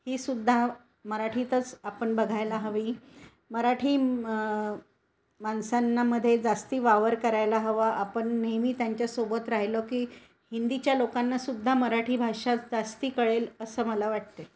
ही सुद्धा मराठीतच आपण बघायला हवी मराठी म माणसांनामध्ये जास्त वावर करायला हवां आपण नेहमी त्यांच्यासोबत राहिलो की हिंदीच्या लोकांना सुद्धा मराठी भाषा जास्त कळेल असं मला वाटते